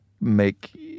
make